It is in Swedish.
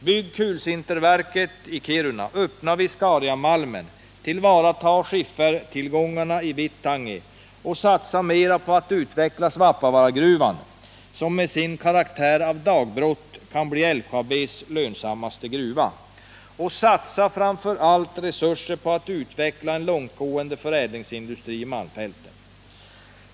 Bygg kulsinterverket i Kiruna, öppna Viscariamalmen, tillvarata skiffertillgångarna i Vittangi och satsa mera på att utveckla Svappavaaragruvan, som med sin karaktär av dagbrott kan bli LKAB:s lönsammaste gruva. Och satsa framför allt resurser på att utveckla en långtgående förädlingsindustri i malmfälten.